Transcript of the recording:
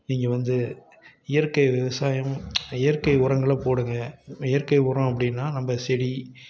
நீங்கள் வந்து இயற்கை விவசாயம் இயற்கை உரங்களை போடுங்கள் இயற்கை உரம் அப்படின்னா நம்ம செடி